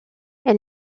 elle